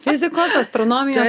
fizikos astronomijos